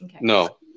No